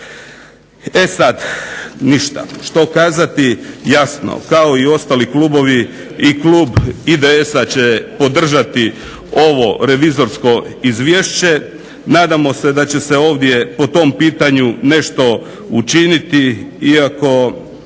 E sada, ništa. Što kazati, jasno kao i ostali klubovi i klub IDS-a će podržati ovo revizorsko izvješće. Nadamo se da će se ovdje po tom pitanju nešto učiniti, iako